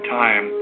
time